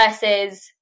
versus